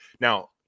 Now